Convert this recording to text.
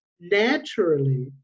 naturally